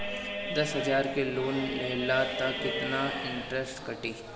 दस हजार के लोन लेहम त कितना इनट्रेस कटी?